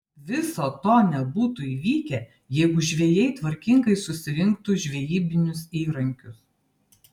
viso to nebūtų įvykę jeigu žvejai tvarkingai susirinktų žvejybinius įrankius